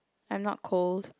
I'm not cold